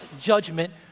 judgment